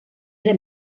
era